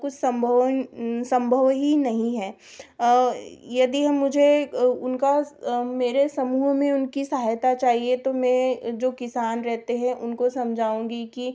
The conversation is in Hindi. कुछ सम्भव सम्भव ही नहीं है यदि मुझे उनका मेरे समूह में उनकी सहायता चाहिए तो मैं जो किसान रहते है उनको समझाऊँगी कि